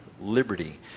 liberty